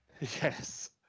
Yes